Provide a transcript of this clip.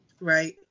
Right